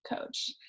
coach